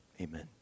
Amen